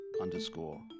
underscore